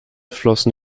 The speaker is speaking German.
flossen